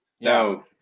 no